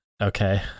okay